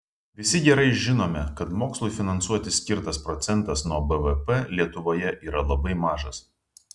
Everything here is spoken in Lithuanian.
visi gerai žinome kad mokslui finansuoti skirtas procentas nuo bvp lietuvoje yra labai mažas